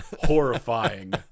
Horrifying